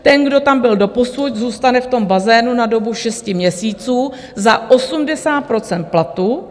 Ten, kdo tam byl doposud, zůstane v tom bazénu na dobu 6 měsíců za 80 % platu.